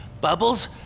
Bubbles